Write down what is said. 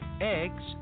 eggs